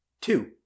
Two